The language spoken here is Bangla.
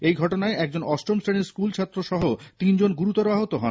এই ঘটনায় একজন অষ্টম শ্রেণীর স্কুল ছাত্র সহ তিন জন গুরুতর আহত হন